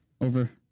over